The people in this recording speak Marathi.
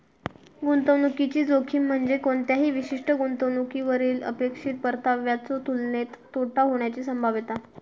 गुंतवणुकीची जोखीम म्हणजे कोणत्याही विशिष्ट गुंतवणुकीवरली अपेक्षित परताव्याच्यो तुलनेत तोटा होण्याची संभाव्यता